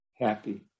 happy